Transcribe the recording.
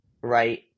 right